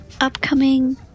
upcoming